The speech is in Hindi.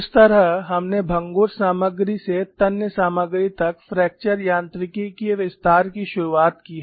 इस तरह हमने भंगुर सामग्री से तन्य सामग्री तक फ्रैक्चर यांत्रिकी के विस्तार की शुरुआत की है